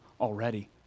already